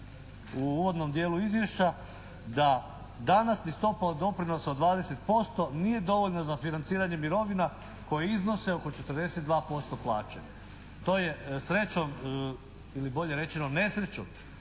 u uvodnom dijelu izvješća da danas ni stopa od doprinosa od 20% nije dovoljna za financiranje mirovina koji iznose oko 42% plaće. To je srećom ili bolje rečeno nesrećom